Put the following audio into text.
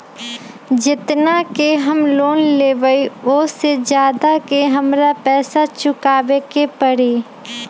जेतना के हम लोन लेबई ओ से ज्यादा के हमरा पैसा चुकाबे के परी?